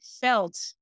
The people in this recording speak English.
felt